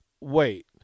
Wait